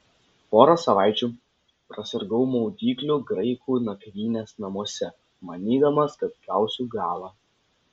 porą savaičių prasirgau maudyklių graikų nakvynės namuose manydamas kad gausiu galą